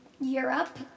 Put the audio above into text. Europe